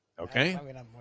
Okay